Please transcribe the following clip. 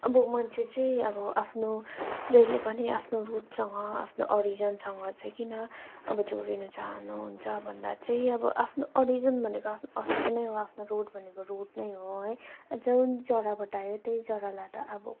अब मान्छे चाहिँ अब आफ्नो जहिले पनि आफ्नो रुटसँग आफ्नो ओरिजिनसँग चाहिँ किन अब जोडिन चाहनु हुन्छ भन्दा चाहिँ अब आफ्नो ओरिजिन भनेको आफ्नो नै हो आफ्नो रुट भनेको रुट नै हो है जुन जराबाट आयो त्यही जरालाई त अब